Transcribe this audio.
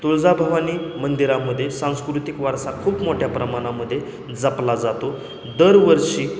तुळजाभवानी मंदिरामध्ये सांस्कृतिक वारसा खूप मोठ्या प्रमाणामध्ये जपला जातो दरवर्षी